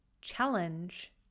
challenge